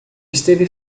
esteve